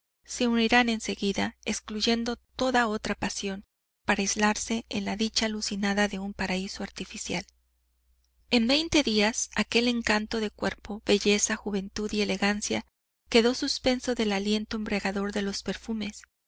se unirán en seguida excluyendo toda otra pasión para aislarse en la dicha alucinada de un paraíso artificial en veinte días aquel encanto de cuerpo belleza juventud y elegancia quedó suspenso del aliento embriagador de los perfumes